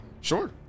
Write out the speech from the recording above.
Sure